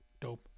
dope